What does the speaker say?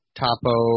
topo